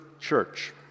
church